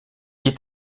est